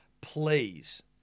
Please